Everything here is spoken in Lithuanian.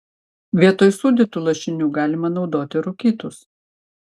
vietoj sūdytų lašinių galima naudoti rūkytus